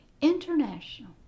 International